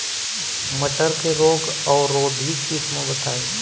मटर के रोग अवरोधी किस्म बताई?